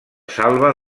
salva